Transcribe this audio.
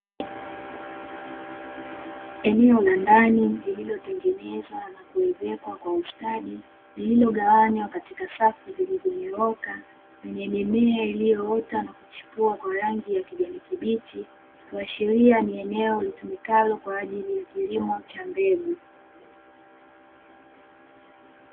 Eneo la ndani lililotengenezwa na kuwezekwa kwa ustadi lililogawanywa katika safu zilizonyooka zenye mimea iliyoota na kuchipua kwa rangi ya kijani kibichi, kuashiria ni eneo litumikalo kwa ajili ya kilimo cha mbegu.